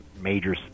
major